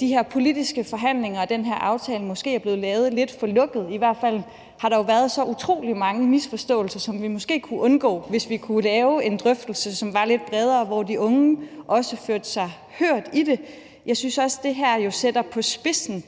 de her politiske forhandlinger og den her aftale måske er blevet lavet lidt for lukket. I hvert fald har der jo været så utrolig mange misforståelser, som vi måske kunne undgå, hvis vi kunne lave en drøftelse, som var lidt bredere, og hvor de unge også følte sig hørt i det. Jeg synes også, at det her jo sætter på spidsen,